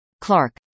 Clark